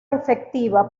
efectiva